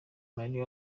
mari